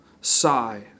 sigh